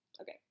Okay